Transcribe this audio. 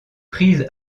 prise